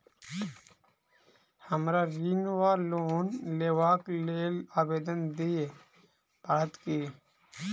हमरा ऋण वा लोन लेबाक लेल आवेदन दिय पड़त की?